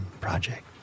project